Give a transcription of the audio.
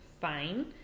fine